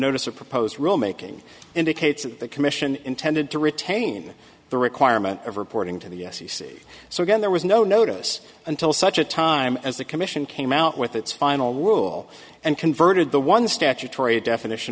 notice or proposed rule making indicates that the commission intended to retain the requirement of reporting to the s e c so again there was no notice until such a time as the commission came out with its final rule and converted the one statutory definition